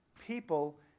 people